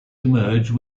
emerge